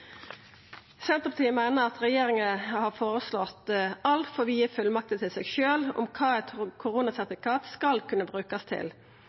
Senterpartiet meiner at regjeringa har føreslått altfor vide fullmakter til seg sjølv om kva eit koronasertifikat skal kunna brukast til.